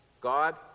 God